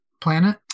planet